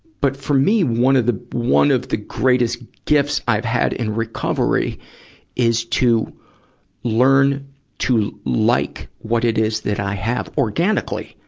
but, for me, one of them, one of the greatest gifts i've had in recovery is to learn to like what it is that i have organically.